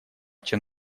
чем